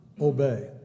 obey